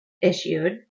issued